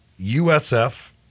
USF